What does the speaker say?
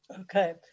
Okay